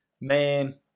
man